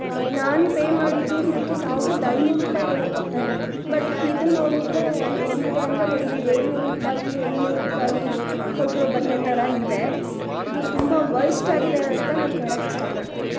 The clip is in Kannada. ನಾನು ಪೇ ಮಾಡಿದ್ದು ಇದಕ್ಕೆ ಸಾವಿರದ ಐನೂರು ರೂಪಾಯಿ ಏನೋ ಕೊಟ್ಟೆ ಬಟ್ ಇದನ್ ನೋಡಿದರೆ ಹೇಗಿದೆ ಅಂದರೆ ಒಂದು ಏಳುನೂರು ರೂಪಾಯಿ ಎಂಟುನೂರು ರೂಪಾಯಿ ಕೊಟ್ಟಿರೋ ಬಟ್ಟೆ ಥರ ಇದೆ ಇದು ತುಂಬ ವರ್ಸ್ಟ್ ಆಗಿದೆ ಅಂತ ನಾನು ಹೇಳಕೆ ಇಷ್ಟ ಪಡ್ತೀನಿ